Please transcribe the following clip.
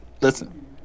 Listen